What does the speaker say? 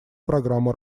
программу